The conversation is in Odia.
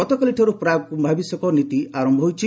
ଗତକାଲିଠାରୁ ପ୍ରାକ୍ କ୍ୟୁାଭିଷେକ ନୀତି ଆରମ୍ଭ ହୋଇଛି